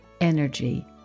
energy